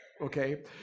okay